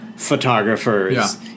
Photographers